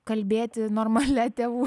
kalbėti normalia tėvų